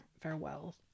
farewell